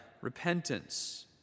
repentance